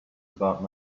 about